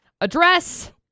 address